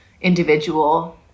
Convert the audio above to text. individual